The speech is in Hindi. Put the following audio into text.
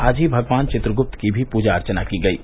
आज ही भगवान चित्रगुप्त की भी पूजा अर्चना की गयी